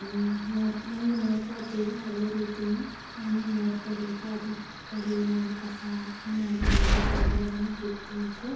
ನೊ ನೋಡಿ ಹೇಗ್ ನೋಡ್ಕೊತೀವಿ ಅದೇ ರೀತಿನೂ ಅವನ್ನು ನೋಡಿಕೋಬೇಕು ಅದರ ಕಡೆ ಏನಾದರೂ ಕಸ ಏನಾದರೂ ಬೆಳೆದಿತ್ತಂದ್ರೆ ಅದನ್ನು ಕಿಳ್ಬೇಕು